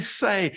say